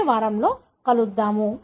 వచ్చే వారంలో కలుద్దాం